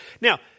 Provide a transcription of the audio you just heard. Now